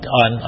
on